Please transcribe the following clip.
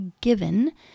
given